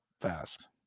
fast